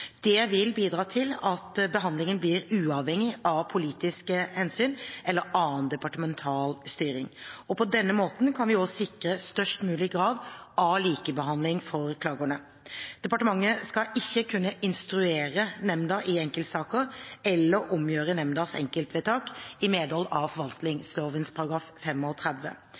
Det vil bidra til at behandlingen blir uavhengig av politiske hensyn eller annen departemental styring. På denne måten kan vi også sikre størst mulig grad av likebehandling for klagerne. Departementet skal ikke kunne instruere nemnda i enkeltsaker eller omgjøre nemndas enkeltvedtak i medhold av